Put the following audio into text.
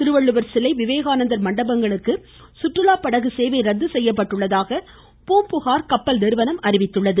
திருவள்ளுவர் சிலை விவேகானந்தர் மண்டபத்திற்கு சுற்றுலா படகு சேவை ரத்து செய்யப்பட்டுள்ளதாக பூம்புகார் கப்பல் நிறுவனம் அறிவித்துள்ளது